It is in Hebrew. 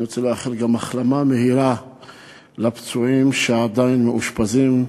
אני רוצה לאחל גם החלמה מהירה לפצועים שעדיין מאושפזים,